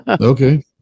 Okay